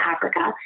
Africa